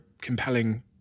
compelling